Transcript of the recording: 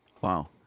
Wow